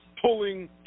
pulling